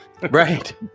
right